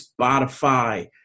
Spotify